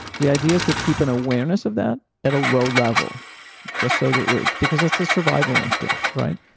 the idea is to keep an awareness of that at a low level just so that we're. because that's the survival instinct, right?